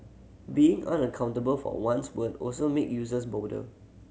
being unaccountable for one's word also make users bolder